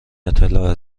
اطلاع